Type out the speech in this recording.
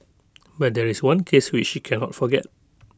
but there is one case which she can not forget